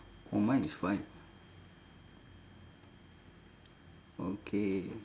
oh mine is five okay